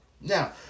Now